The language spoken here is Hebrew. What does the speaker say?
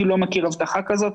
אני לא מכיר הבטחה כזאת,